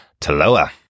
Taloa